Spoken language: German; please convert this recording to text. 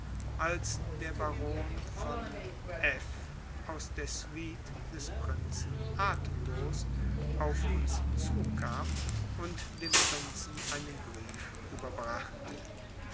als der baron von f aus der suite des prinzen atemlos auf uns zukam und dem prinzen einen brief überbrachte